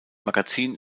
magazin